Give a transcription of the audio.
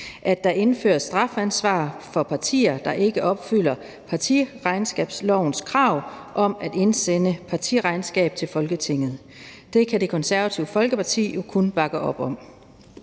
og der indføres strafansvar for partier, der ikke opfylder partiregnskabslovens krav om at indsende partiregnskab til Folketinget. Det kan Det Konservative Folkeparti kun bakke op om.